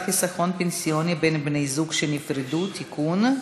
חיסכון פנסיוני בין בני-זוג שנפרדו (תיקון).